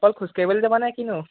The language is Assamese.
অকল খোজকাঢ়িবলৈ যাবানে কিনো